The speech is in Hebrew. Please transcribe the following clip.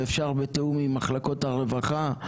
ואפשר בתיאום עם מחלקות הרווחה,